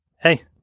hey